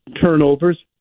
turnovers